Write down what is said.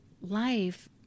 Life